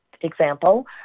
Example